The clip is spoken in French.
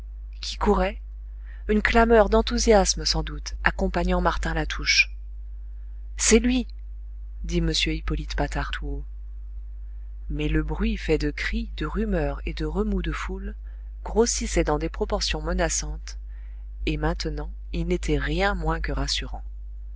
qui courait une clameur d'enthousiasme sans doute accompagnant martin latouche c'est lui dit m hippolyte patard tout haut mais le bruit fait de cris de rumeurs et de remous de foules grossissait dans des proportions menaçantes et maintenant il n'était rien moins que rassurant